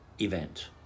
event